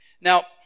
Now